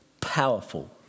powerful